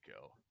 go